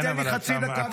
תן לי חצי דקה.